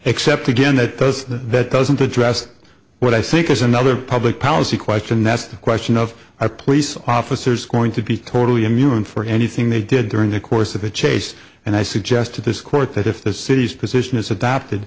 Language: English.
except again that does that doesn't address what i think is another public policy question that's the question of i place officers going to be totally immune for anything they did during the course of the chase and i suggest to this court that if the city's position is adopted